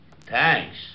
Thanks